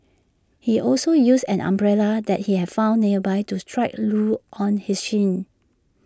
he also used an umbrella that he had found nearby to strike Loo on his shin